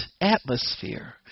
atmosphere